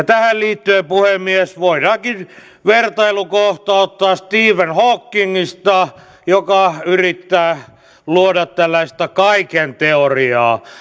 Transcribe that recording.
tähän liittyen puhemies voidaankin vertailukohta ottaa stephen hawkingista joka yrittää luoda tällaista kaiken teoriaa